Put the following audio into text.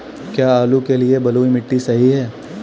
क्या आलू के लिए बलुई मिट्टी सही है?